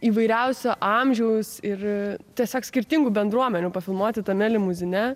įvairiausio amžiaus ir tiesiog skirtingų bendruomenių pafilmuoti tame limuzine